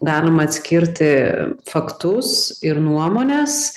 galima atskirti faktus ir nuomones